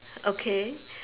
okay